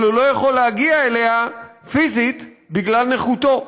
אבל הוא לא יכול להגיע אליה פיזית בגלל נכותו.